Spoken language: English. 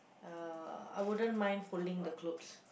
uh I wouldn't mind folding the clothes